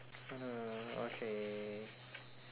oh no okay